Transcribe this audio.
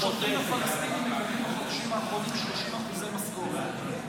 השוטרים הפלסטינים מקבלים בחודשים האחרונים 30% משכורת,